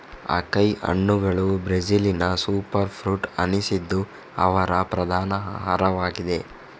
acai ಹಣ್ಣುಗಳು Brazilian super fruit ಅನಿಸಿದ್ದು ಅವರ ಪ್ರಧಾನ ಆಹಾರವಾಗಿದೆ